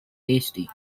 tasty